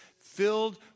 filled